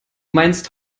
meinst